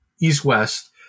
East-West